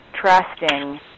trusting